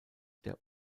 der